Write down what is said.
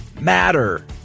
matter